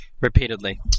Repeatedly